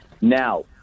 Now